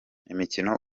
imikino